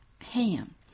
Ham